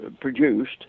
produced